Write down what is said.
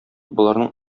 боларның